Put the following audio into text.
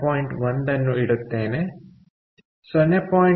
1 ಅನ್ನು ಇಡುತ್ತೇನೆ 0